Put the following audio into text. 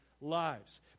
lives